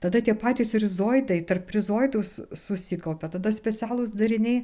tada tie patys rizoidai tarp rizoidų susikaupia tada specialūs dariniai